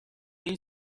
این